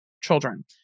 children